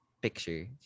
picture